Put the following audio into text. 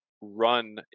run